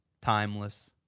Timeless